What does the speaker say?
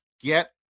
get